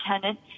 tenant